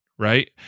Right